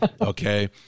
Okay